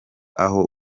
aho